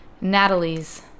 Natalie's